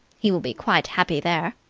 he will be quite happy there.